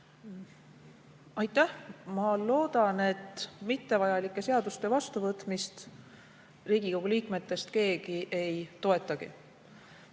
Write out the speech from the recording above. Aitäh! Ma loodan, et mittevajalike seaduste vastuvõtmist Riigikogu liikmetest keegi ei toetagi.